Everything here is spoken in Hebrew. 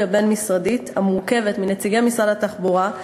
הבין-משרדית המורכבת מנציגי משרד התחבורה,